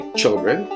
children